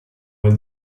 were